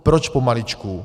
Proč pomaličku?